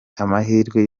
amahirwe